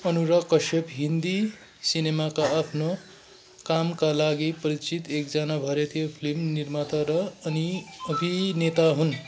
अनुराग कश्यप हिन्दी सिनेमामा आफ्नो कामका लागि परिचित एकजना भारतीय फिल्म निर्माता र अनि अभिनेता हुन्